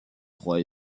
trois